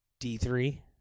D3